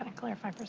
and clarify,